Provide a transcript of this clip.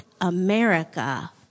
America